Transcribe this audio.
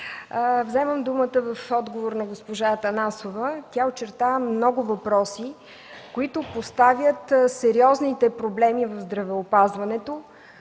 Вземам думата в отговор на госпожа Атанасова. Тя очерта много въпроси, които поставят сериозните проблеми в здравеопазването,